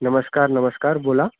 नमस्कार नमस्कार बोला